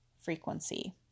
frequency